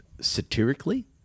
Satirically